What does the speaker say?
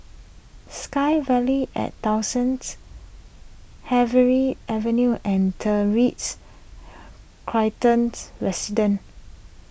SkyVille at Dawson's Harvey Avenue and the Ritz Carlton's Resident